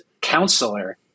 counselor